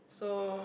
so